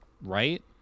Right